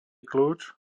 kľúč